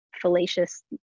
fallacious